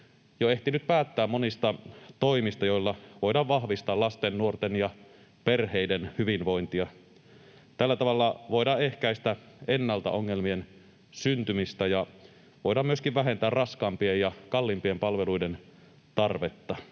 on jo ehtinyt päättää monista toimista, joilla voidaan vahvistaa lasten, nuorten ja perheiden hyvinvointia. Tällä tavalla voidaan ehkäistä ennalta ongelmien syntymistä ja voidaan myöskin vähentää raskaampien ja kalliimpien palveluiden tarvetta.